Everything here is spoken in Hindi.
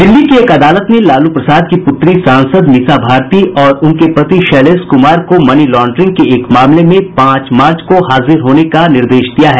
दिल्ली की एक अदालत ने लालू प्रसाद की पुत्री सांसद मीसा भारती और उनके पति शैलेश कुमार को मनी लॉड्रिंग के एक मामले मे पांच मार्च को हाजिर होने का निर्देश दिया है